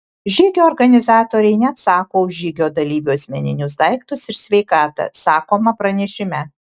žygio organizatoriai neatsako už žygio dalyvių asmeninius daiktus ir sveikatą sakoma pranešime